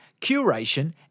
curation